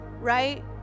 right